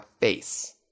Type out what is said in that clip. face